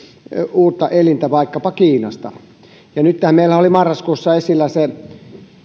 uutta elintä vaikkapa kiinasta nythän meillä oli marraskuussa esillä